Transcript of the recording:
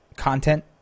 content